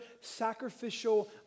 sacrificial